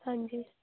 ਹਾਂਜੀ